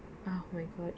oh my god